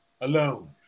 alone